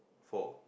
four